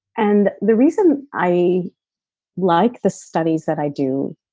and the reason i like the studies that i do